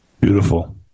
Beautiful